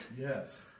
Yes